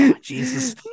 Jesus